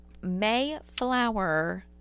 Mayflower